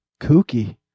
kooky